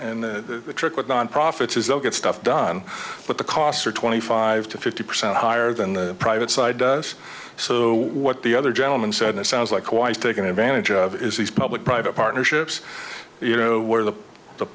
and the trick with nonprofits is they'll get stuff done but the costs are twenty five to fifty percent higher than the private side does so what the other gentleman said it sounds like was taken advantage of is these public private partnerships you know where the